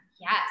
Yes